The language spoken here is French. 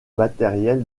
matériel